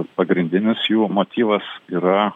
pagrindinis jų motyvas yra